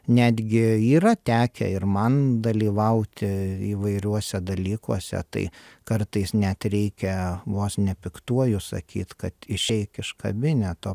netgi yra tekę ir man dalyvauti įvairiuose dalykuose tai kartais net reikia vos ne piktuoju sakyt kad išeik iš kabineto